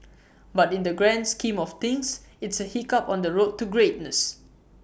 but in the grand scheme of things it's A hiccup on the road to greatness